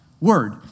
word